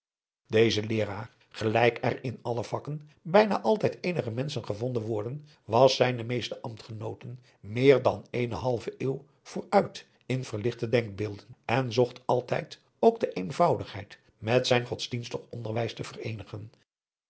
deze leeraar gelijk er in alle vakken bijna altijd eenige menschen gevonden worden was zijnen meesten ambtgenooten meer dan eene halve eeuw vooruit in verlichte denkbeelden en zocht altijd ook de eenvoudigheid met zijn godsdienstig onderwijs te vereenigen